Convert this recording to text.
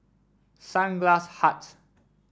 Sunglass Hut